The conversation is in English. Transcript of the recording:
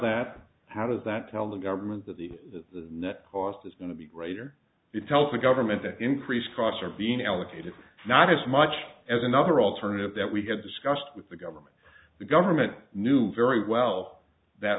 that how does that tell the government that the net cost is going to be greater it tells the government the increased costs are being allocated not as much as another alternative that we had discussed with the government the government knew very well that